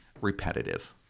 repetitive